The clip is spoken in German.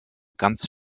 ganz